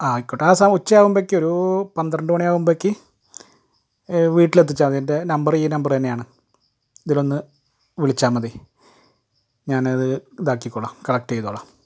ആ ആയിക്കോട്ടെ ഒരു ഉച്ചയാവുമ്പക്ക് ഒരു പന്ത്രണ്ട് മണി ആവുമ്പക്ക് വീട്ടിൽ എത്തിച്ചാൽ മതി എൻ്റെ നമ്പർ ഈ നമ്പർ തന്നെയാണ് ഇതിലൊന്ന് വിളിച്ചാൽ മതി ഞാനത് ഇതാക്കിക്കോളാം കളക്റ്റ് ചെയ്തോളാം